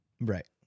Right